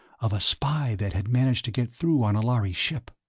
of a spy that had managed to get through on a lhari ship.